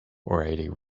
already